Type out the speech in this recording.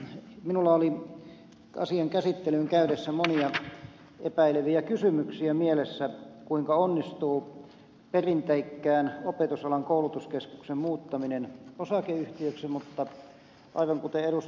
minulla oli asian käsittelyyn käydessä monia epäileviä kysymyksiä mielessä kuinka onnistuu perinteikkään opetusalan koulutuskeskuksen muuttaminen osakeyhtiöksi mutta aivan kuten ed